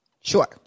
sure